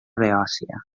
beòcia